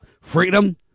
Freedom